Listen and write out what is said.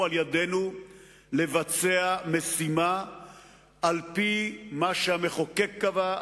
על-ידינו לבצע משימה על-פי מה שהמחוקק קבע,